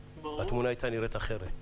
התמונה הייתה נראית אחרת.